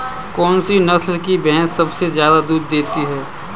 कौन सी नस्ल की भैंस सबसे ज्यादा दूध देती है?